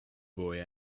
boy